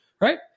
right